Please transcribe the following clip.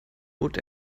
bot